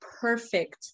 perfect